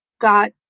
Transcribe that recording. got